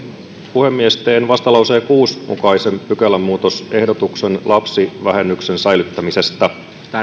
puhemies teen vastalauseen kuuden mukaisen pykälämuutosehdotuksen lapsivähennyksen säilyttämisestä